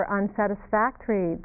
unsatisfactory